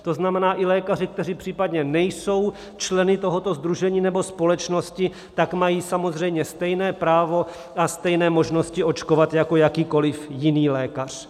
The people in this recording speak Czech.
To znamená, že i lékaři, kteří případně nejsou členy tohoto sdružení nebo společnosti, mají samozřejmě stejné právo a stejné možnosti očkovat jako jakýkoliv jiný lékař.